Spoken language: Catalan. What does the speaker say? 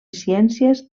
ciències